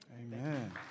Amen